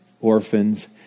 orphans